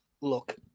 look